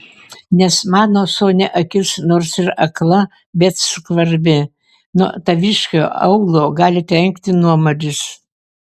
nes mano sonia akis nors ir akla bet skvarbi nuo taviškio aulo gali trenkti nuomaris